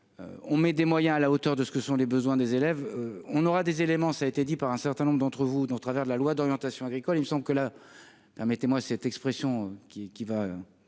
on met des moyens à la hauteur de ce que sont les besoins des élèves, on aura des éléments, ça a été dit par un certain nombre d'entre vous, donc, au travers de la loi d'orientation agricole, il me semble que là, permettez-moi cette expression qui qui